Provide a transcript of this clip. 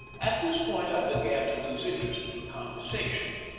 at this point i began to lose interest in the conversation.